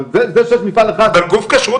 אבל זה שיש מפעל אחד --- אבל גוף כשרות